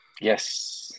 Yes